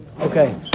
Okay